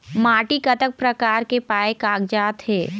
माटी कतक प्रकार के पाये कागजात हे?